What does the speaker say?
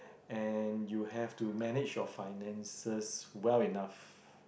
and you have to manage your finances well enough